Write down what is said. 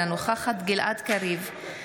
אינה נוכחת גלעד קריב,